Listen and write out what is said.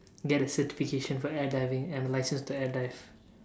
get a certification for air diving and a license to air dive